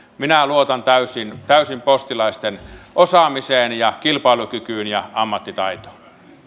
minä luotan täysin täysin postilaisten osaamiseen ja kilpailukykyyn ja ammattitaitoon